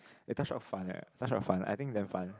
eh touch rug~ fun eh touch rug~ fun I think damn fun